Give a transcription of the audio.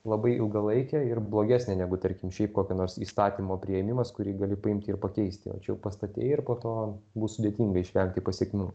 labai ilgalaikė ir blogesnė negu tarkim šiaip kokio nors įstatymo priėmimas kurį gali paimti ir pakeisti o čia jau pastatei ir po to bus sudėtinga išvengti pasekmių